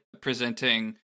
presenting